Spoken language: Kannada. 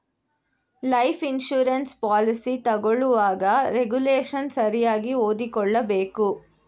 ಲೈಫ್ ಇನ್ಸೂರೆನ್ಸ್ ಪಾಲಿಸಿ ತಗೊಳ್ಳುವಾಗ ರೆಗುಲೇಶನ್ ಸರಿಯಾಗಿ ಓದಿಕೊಳ್ಳಬೇಕು